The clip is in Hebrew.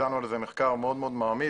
וביצענו על זה מחקר מאוד מאוד מעמיק,